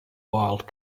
wilde